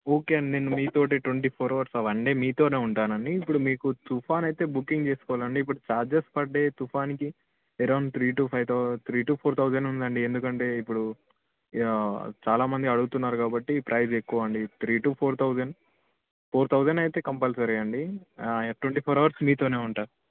okay అండి నేను మీతోటి twenty four hours one day మీతోనే ఉంటానండి ఇప్పుడు మీకు తుఫాన్ అయితే బుకింగ్ చేసుకోవాలండి ఇప్పుడు చార్జెస్ పడ్డాయి తుఫాన్కి around three two five thou three two four thousand ఉందండి ఎందుకంటే ఇప్పుడు చాలా మంది అడుగుతున్నారు కాబట్టి ప్రైజ్ ఎక్కువ అండి three two four thousand four thousand అయితే కంపల్సరీ అండి ట్వంటీ ఫోర్ అవర్స్ మీతోనే ఉంటా